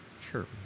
Sure